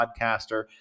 podcaster